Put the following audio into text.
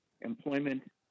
employment